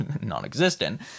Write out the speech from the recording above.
non-existent